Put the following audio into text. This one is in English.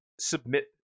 submit